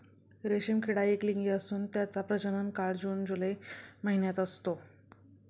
रेशीम किडा एकलिंगी असून त्याचा प्रजनन काळ जून जुलै महिन्यात असतो